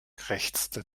krächzte